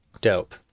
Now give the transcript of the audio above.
Dope